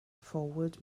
forward